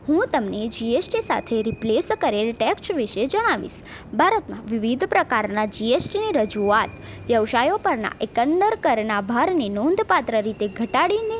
હું તમને G S T સાથે રિપ્લેસ કરેલ ટેક્સ વિશે જણાવીશ ભારતમાં વિવિધ પ્રકારના જી એસ ટી ની રજૂઆત વ્યવસાયો પરના એકંદર કરના ભારને નોંધપાત્ર રીતે ઘટાડીને